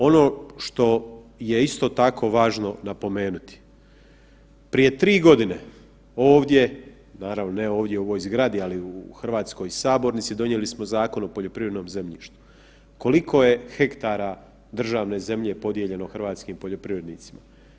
Ono što je isto tako važno napomenuti, prije tri godine ovdje, naravno ne u ovoj zgradi nego u hrvatskoj sabornici donijeli smo Zakon o poljoprivrednom zemljištu, koliko je hektara državne zemlje podijeljeno hrvatskim poljoprivrednicima?